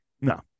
No